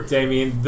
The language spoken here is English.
Damien